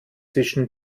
zwischen